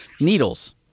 Needles